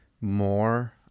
more